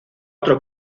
otro